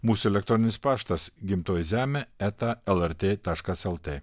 mūsų elektroninis paštas gimtoji zeme eta lrt taškas lt